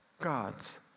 God's